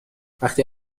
وقتی